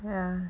ya